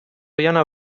oihana